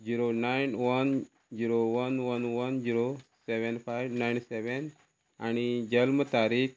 zero nine one zero one one one zero seven five nine seven आनी जल्म तारीख